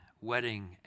wedding